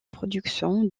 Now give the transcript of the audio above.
production